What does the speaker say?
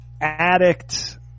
addict